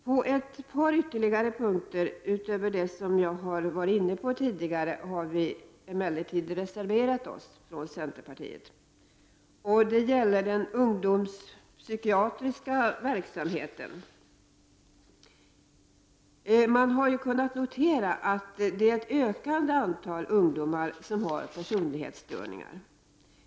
På ett par ytterligare punkter, utöver vad jag tidigare berört, har vi i centerpartiet emellertid reserverat oss. Det gäller den ungdomspsykiatriska verksamheten. Man har kunnat notera att ett ökande antal ungdomar har personlighetsstörningar.